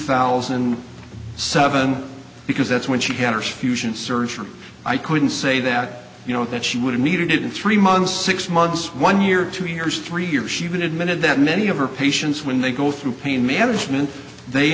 thousand and seven because that's when she had her fusion surgery i couldn't say that you know that she would have needed it in three months six months one year two years three years she been admitted that many of her patients when they go through pain management they